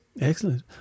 Excellent